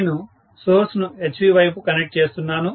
నేను సోర్స్ ను HV వైపు కనెక్ట్ చేస్తున్నాను